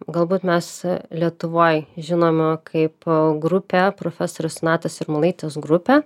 galbūt mes lietuvoj žinomi kaip grupė profesorės natos sirmulaitės grupė